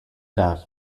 deaf